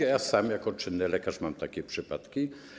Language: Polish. Ja sam jako czynny lekarz mam takie przypadki.